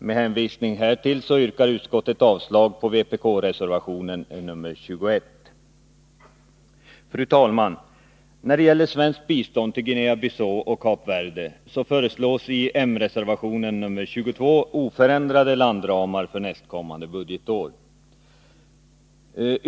Med hänvisning härtill yrkar jag avslag på vpk-reservationen nr 21. Fru talman! När det gäller svenskt bistånd till Guinea-Bissau och Kap Verde föreslås i den moderata reservationen nr 22 oförändrade landramar för nästkommande budgetår.